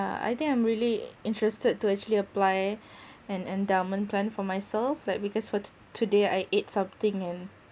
I think I'm really interested to actually apply an endowment plan for myself like because for to today I ate something and